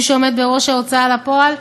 מי שעומד בראש ההוצאה לפועל.